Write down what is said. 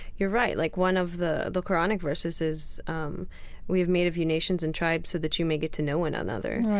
you're right, like one of the the qur'anic verses is um we've made of you nations and tribes so that you may get to know one another.